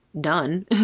done